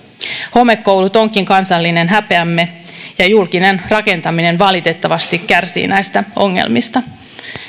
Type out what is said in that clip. homekoulut ovatkin kansallinen häpeämme ja julkinen rakentaminen valitettavasti kärsii näistä ongelmista